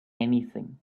anything